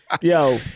Yo